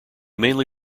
mainly